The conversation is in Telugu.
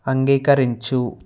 అంగీకరించు